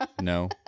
no